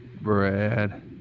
Brad